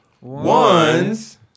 One's